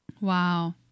Wow